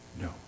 No